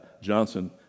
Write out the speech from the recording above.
Johnson